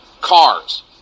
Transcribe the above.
cars